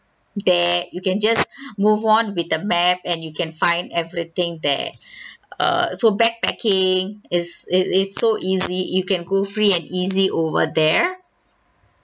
there you can just move on with a map and you can find everything there err so backpacking is it it's so easy you can go free and easy over there